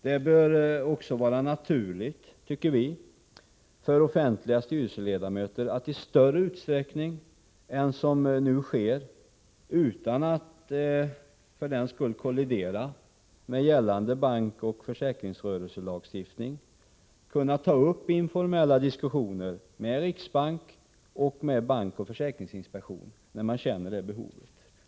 Det bör också vara naturligt, tycker vi, för offentliga styrelseledamöter att i större utsträckning än som nu sker, utan att för den skull kollidera med gällande bankoch försäkringsrörelselagstiftning, ta upp informella diskussioner med riksbank och med bankoch försäkringsinspektion när man känner det behovet.